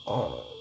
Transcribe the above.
oh